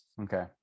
okay